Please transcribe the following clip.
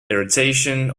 irritation